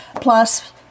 plus